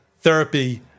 therapy